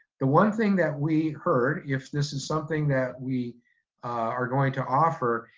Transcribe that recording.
the one thing that we heard, if this is something that we are going to offer,